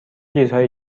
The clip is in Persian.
چیزهای